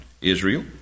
Israel